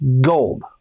gold